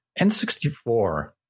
N64